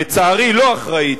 לצערי לא אחראית,